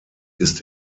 ist